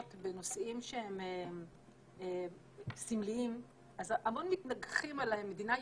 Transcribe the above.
בנושאים שהם סמליים אז המון מתנגחים על מדינה יהודית,